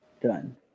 done